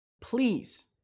Please